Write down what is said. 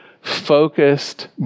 focused